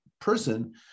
person